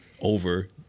over